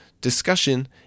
discussion